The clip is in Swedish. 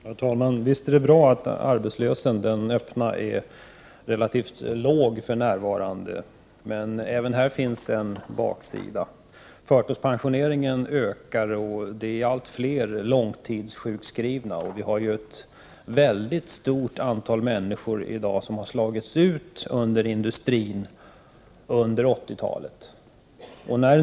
Herr talman! Visst är det bra att den öppna arbetslösheten för närvarande är relativt låg. Men även här finns en baksida. Förtidspensioneringen ökar, och det blir allt fler långtidssjukskrivna. I dag finns ett mycket stort antal människor som har slagits ut av industrin under 1980-talet.